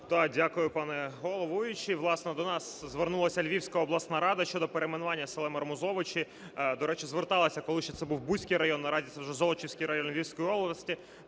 Дякую, пане головуючий. Власне, до нас звернулася Львівська обласна рада щодо перейменування села Мармузовичі. До речі, зверталася, коли ще це був Буський район, наразі це вже Золочівський район Львівської області,